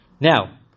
Now